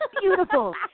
beautiful